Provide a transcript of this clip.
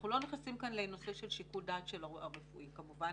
אנחנו לא נכנסים כאן לנושא של שיקול הדעת הרפואי כמובן,